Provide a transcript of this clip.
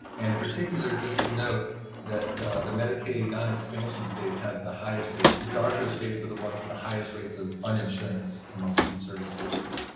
and in particular, just to note that the medicaid non-expansion states have the highest rates. the darker states are the ones with the highest rates of uninsurance among food service workers.